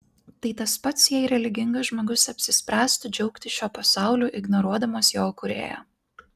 tai tas pats jei religingas žmogus apsispręstų džiaugtis šiuo pasauliu ignoruodamas jo kūrėją